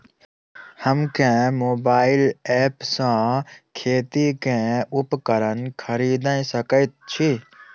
हम केँ mobile app सँ खेती केँ उपकरण खरीदै सकैत छी?